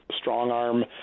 strong-arm